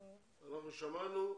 שמענו,